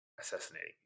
assassinating